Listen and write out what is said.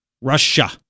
Russia